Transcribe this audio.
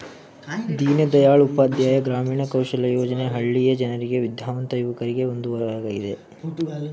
ದೀನದಯಾಳ್ ಉಪಾಧ್ಯಾಯ ಗ್ರಾಮೀಣ ಕೌಶಲ್ಯ ಯೋಜನೆ ಹಳ್ಳಿಯ ಜನರಿಗೆ ವಿದ್ಯಾವಂತ ಯುವಕರಿಗೆ ಒಂದು ವರವಾಗಿದೆ